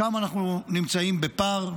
שם אנחנו נמצאים בפער.